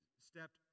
stepped